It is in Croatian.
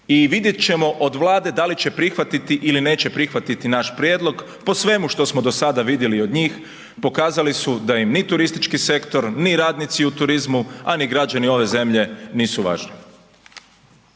I vidjet ćemo od Vlade da li će prihvatiti ili neće prihvatiti naš prijedlog, po svemu što smo do sada vidjeli od njih, pokazali su da im ni turistički sektor, ni radnici u turizmu, a ni građani ove zemlje nisu važni.